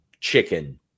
chicken